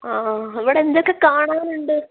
അവിടെ എന്തൊക്കെ കാണാൻ ഉണ്ട്